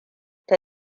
ta